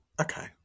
okay